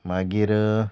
मागीर